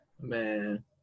Man